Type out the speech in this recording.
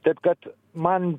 taip kad man